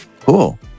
Cool